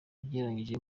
ugereranyije